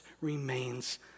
remains